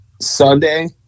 Sunday